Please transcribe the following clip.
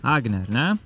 agne ne